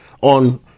on